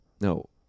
No